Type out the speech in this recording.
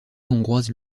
hongroise